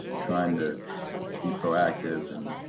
trying to be proactive and